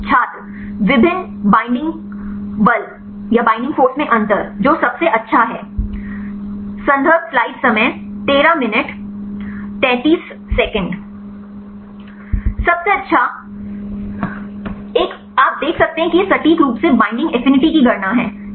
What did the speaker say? छात्र विभिन्न बैंडिंग बल में अंतर जो सबसे अच्छा है सबसे अच्छा एक अधिकार आप देख सकते हैं कि यह सटीक रूप से बिंडिंग एफिनिटी की गणना है